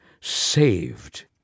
Saved